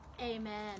Amen